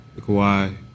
Kawhi